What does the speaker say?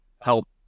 help